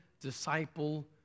disciple